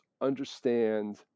understand